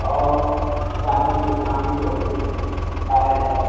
और गहने जो चाँदी के होते हैं पायल है